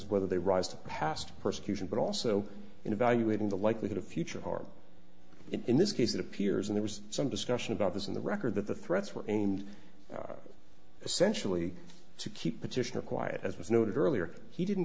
of whether they rise to past persecution but also in evaluating the likelihood of future harm in this case it appears and there was some discussion about this in the record that the threats were aimed essentially to keep petitioner quiet as was noted earlier he didn't